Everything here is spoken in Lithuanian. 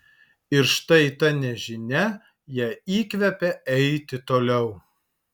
ir štai ta nežinia ją įkvepia eiti toliau